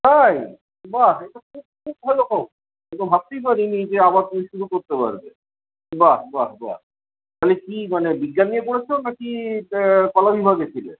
তাই বাহ এ তো খুব খুব ভালো খবর আমি তো ভাবতেই পারিনি যে আবার তুমি শুরু করতে পারবে বাহ বাহ বাহ তুমি কি মানে বিজ্ঞান নিয়ে পড়েছো নাকি কলাবিভাগে ছিলে